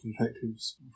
detectives